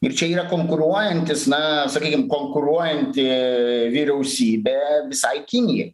ir čia yra konkuruojantys na sakykim konkuruojanti vyriausybė visai kinijai